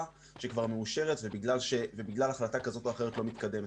שכבר מאושרת ובכלל החלטה כזאת או אחרת לא מתקדם.